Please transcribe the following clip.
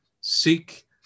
Seek